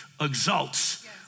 exalts